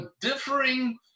differing